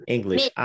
English